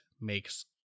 makes